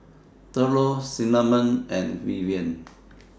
Thurlow Cinnamon and Vivian